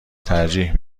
ترجیح